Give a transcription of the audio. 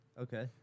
okay